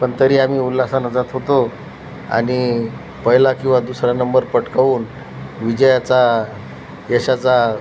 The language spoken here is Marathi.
पण तरी आम्ही उल्हासानं जात होतो आणि पहिला किंवा दुसरा नंबर पटकावून विजयाचा यशाचा